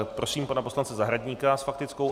Prosím pana poslance Zahradníka s faktickou.